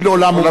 עולם ומלואו.